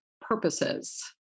purposes